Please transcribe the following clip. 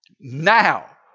Now